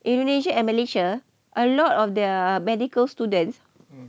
indonesia and malaysia a lot of their medical students